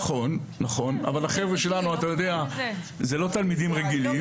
נכון אבל החבר'ה שלנו, אלה לא תלמידים רגילים.